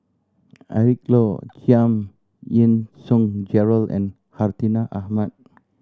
Eric Low Giam Yean Song Gerald and Hartinah Ahmad